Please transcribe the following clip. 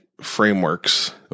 frameworks